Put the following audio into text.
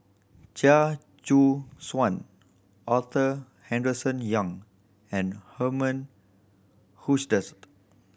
Chia Choo Suan Arthur Henderson Young and Herman Hochstadt